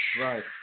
Right